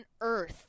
earth